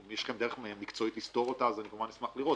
אם יש לכם דרך מקצועית לסתור אותה אז כמובן אשמח לראות.